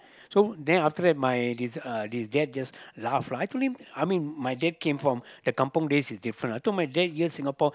so then after dad my this uh this dad just laugh lah actually I mean my dad came from the kampung days is different I told my dad here Singapore